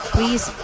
Please